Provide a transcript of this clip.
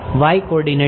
y coordinate માટે